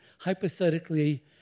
hypothetically